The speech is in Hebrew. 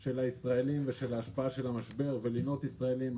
של הישראלים ושל השפעת המשבר ולינות ישראלים.